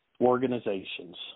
organizations